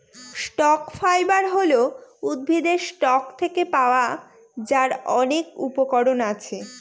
stock fibre হল উদ্ভিদের stalk থেকে পাওয়া যার অনেক উপকরণ আছে